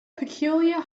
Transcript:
peculiar